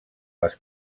les